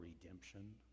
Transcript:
redemption